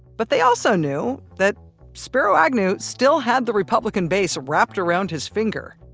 but they also knew that spiro agnew still had the republican base wrapped around his finger,